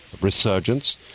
Resurgence